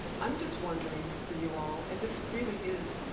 i'm just wondering for you all, and this really is,